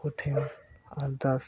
ᱠᱚᱴᱷᱮᱱ ᱟᱨᱫᱟᱥ